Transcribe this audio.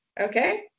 Okay